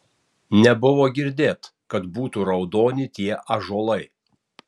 nebuvo girdėt kad būtų raudoni tie ąžuolai